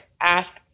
Ask